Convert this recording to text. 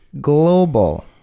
Global